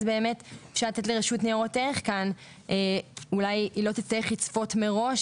אז אולי רשות ניירות ערך לא תצטרך לצפות מראש